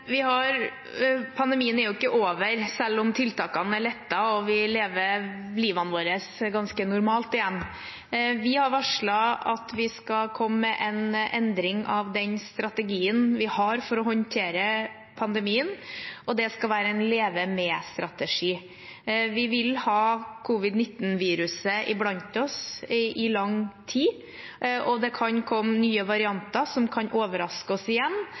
Pandemien er jo ikke over selv om tiltakene er lettet og vi lever livene våre ganske normalt igjen. Vi har varslet at vi skal komme med en endring av den strategien vi har for å håndtere pandemien, og det skal være en leve-med-strategi. Vi vil ha covid-19-viruset blant oss i lang tid, og det kan komme nye varianter som kan overraske oss igjen.